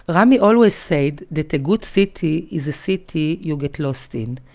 but rami always said that a good city is a city you get lost in.